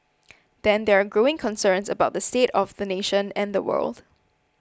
then there are growing concerns about the state of the nation and the world